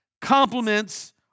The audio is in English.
compliments